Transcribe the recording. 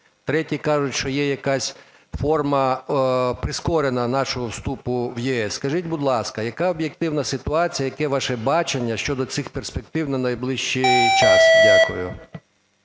Треті кажуть, що є якась форма прискорена нашого вступу в ЄС. Скажіть, будь ласка, яка об'єктивна ситуація, яке ваше бачення щодо цих перспектив на найближчий час. Дякую.